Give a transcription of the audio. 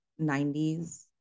90s